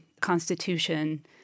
Constitution